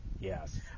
Yes